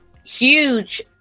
huge